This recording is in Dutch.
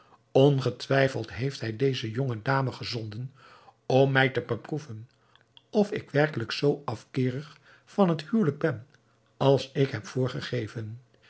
ongetwijfeld heeft hij deze jonge dame gezonden om mij te beproeven of ik werkelijk zoo afkeerig van het huwelijk ben als ik heb